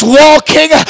walking